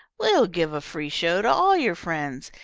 we'll give a free show to all your friends,